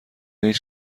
هیچ